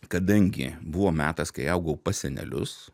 kadangi buvo metas kai augau pas senelius